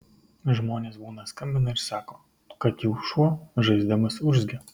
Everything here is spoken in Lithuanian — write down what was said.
žmonės būna skambina ir sako kad jų šuo žaisdamas urzgia